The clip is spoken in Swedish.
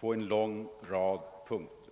på en lång rad punkter.